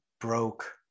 broke